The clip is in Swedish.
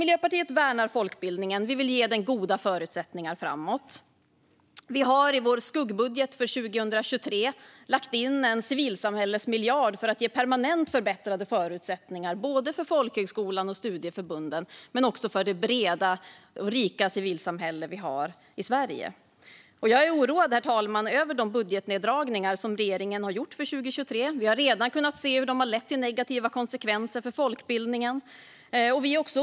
Miljöpartiet värnar folkbildningen. Vi vill ge den goda förutsättningar framåt. Vi har i vår skuggbudget för 2023 lagt in en civilsamhällesmiljard för att ge permanent förbättrade förutsättningar för både folkhögskolan och studieförbunden men också för det breda och rika civilsamhälle vi har i Sverige. Herr talman! Jag är oroad över de budgetneddragningar som regeringen har gjort 2023. Vi har redan sett hur de har fått negativa konsekvenser för folkbildningen.